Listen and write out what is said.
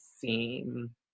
theme